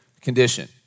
condition